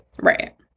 right